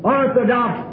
orthodox